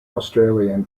australian